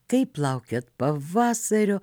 kaip laukiat pavasario